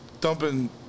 dumping